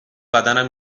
بدنم